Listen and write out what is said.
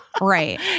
Right